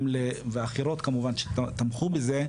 וגם אחרות כמובן שתמכו בזה.